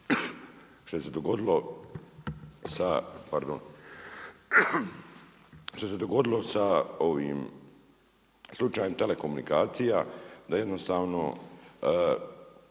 što se dogodilo sa slučajem telekomunikacija da jednostavno